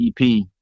EP